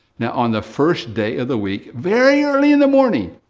now on the first day of the week, very early in the morning,